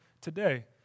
today